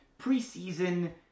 preseason